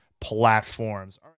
platforms